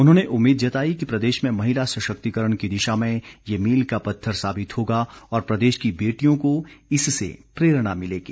उन्होंने उम्मीद जताई कि प्रदेश में महिला सशक्तिकरण की दिशा में ये मील का पत्थर साबित होगा और प्रदेश की बेटियों को इससे प्रेरणा मिलेगी